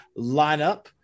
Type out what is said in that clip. lineup